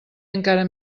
encara